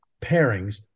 pairings